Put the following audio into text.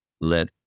let